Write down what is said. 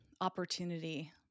opportunity